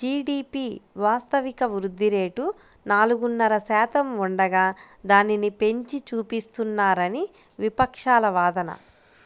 GDP వాస్తవిక వృద్ధి rate నాలుగున్నర శాతం ఉండగా దానిని పెంచి చూపిస్తున్నారని విపక్షాల వాదన